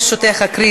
ברשותך,